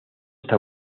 está